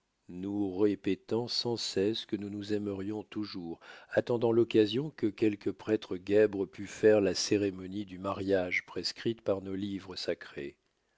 nous répétant sans cesse que nous nous aimerions toujours attendant l'occasion que quelque prêtre guèbre pût faire la cérémonie du mariage prescrite par nos livres sacrés